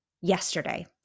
yesterday